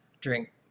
drink